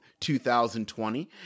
2020